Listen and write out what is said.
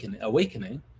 awakening